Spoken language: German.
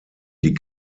die